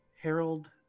Harold